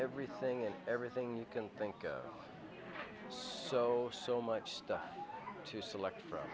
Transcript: everything and everything you can think of so so much stuff to select from